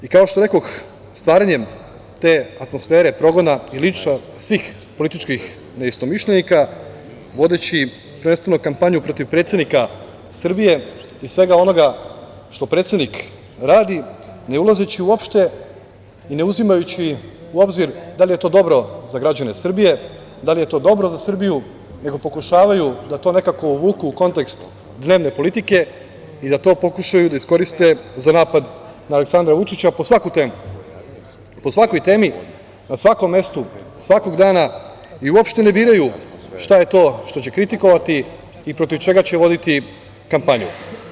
Kao što rekoh, stvaranjem te atmosfere progona i linča svih političkih neistomišljenika vodeći prvenstveno kampanju protiv predsednika Srbije i svega onoga što predsednik radi, ne ulazeći uopšte i ne uzimajući u obzir da li je to dobro za građane Srbije, da li je to dobro za Srbiju, nego pokušavaju da to nekako uvuku u kontekst dnevne politike i da to pokušaju da iskoriste za napad na Aleksandra Vučića po svakoj temi, na svakom mestu, svakog dana i uopšte ne biraju šta je to što će kritikovati i protiv čega će voditi kampanju.